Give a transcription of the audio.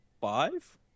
Five